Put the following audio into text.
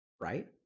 right